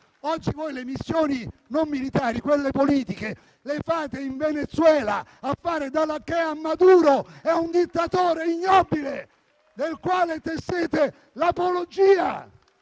Oggi le missioni - non militari, quelle politiche - le realizzate in Venezuela, a fare da lacchè a Maduro, un dittatore ignobile, del quale tessete l'apologia.